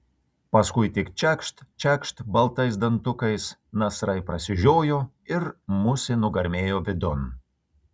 paskui tik čekšt čekšt baltais dantukais nasrai prasižiojo ir musė nugarmėjo vidun